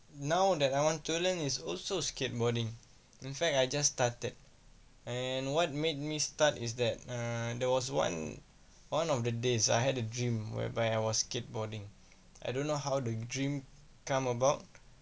now that I want to learn is also skateboarding in fact I just started and what made me start is that err there was one one of the days I had a dream whereby I was skateboarding I don't know how to dream come about